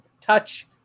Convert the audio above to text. touch